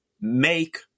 make